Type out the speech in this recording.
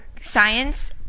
science